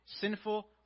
sinful